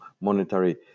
monetary